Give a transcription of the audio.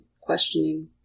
questioning